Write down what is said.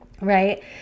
right